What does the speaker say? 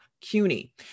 CUNY